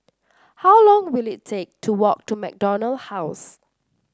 how long will it take to walk to MacDonald House